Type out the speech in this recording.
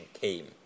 came